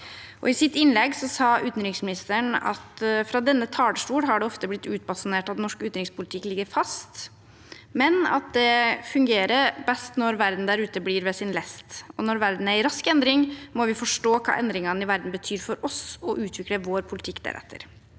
I sitt innlegg sa utenriksministeren: «Fra denne talerstol har det ofte blitt utbasunert at «norsk utenrikspolitikk ligger fast». Men den devisen fungerer best når verden der ute blir ved sin lest. Når verden er i rask endring, må vi forstå hva endringene i verden betyr for oss og utvikle vår politikk deretter.»